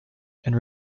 and